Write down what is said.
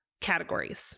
categories